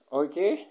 okay